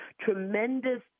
tremendous